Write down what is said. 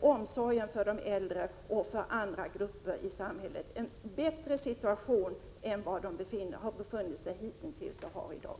omsorgen för de äldre och för andra grupper i samhället — så att de får en bättre situation än vad de har haft hittills och har i dag.